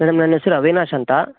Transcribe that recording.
madam ನನ್ನ ಹೆಸರು ಅವಿನಾಶ್ ಅಂತ